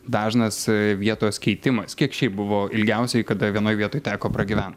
dažnas vietos keitimas kiek šiaip buvo ilgiausiai kada vienoj vietoj teko pragyvent